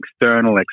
external